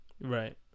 Right